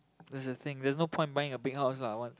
there's a thing there's no point buying a big house lah what